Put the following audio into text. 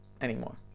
anymore